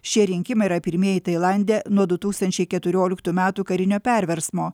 šie rinkimai yra pirmieji tailande nuo du tūkstančiai keturioliktų metų karinio perversmo